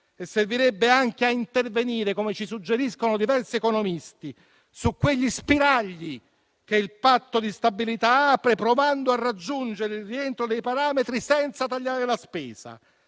servirebbe anche intervenire - come ci suggeriscono diversi economisti - su quegli spiragli che il Patto di stabilità apre, provando a raggiungere il rientro dei parametri senza tagliare la spesa.